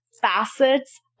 facets